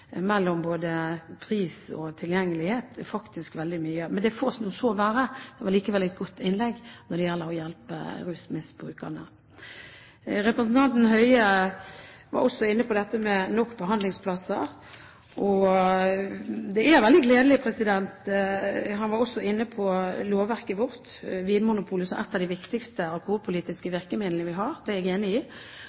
pris og tilgjengelighet – faktisk veldig mye. Men det får så være, det var likevel et godt innlegg når det gjelder å hjelpe rusmisbrukerne. Representanten Høie var også inne på nok behandlingsplasser. Han var også inne på lovverket vårt, Vinmonopolet som et av de viktigste alkoholpolitiske virkemidlene vi har. Det er jeg enig i.